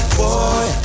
boy